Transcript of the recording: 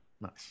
Nice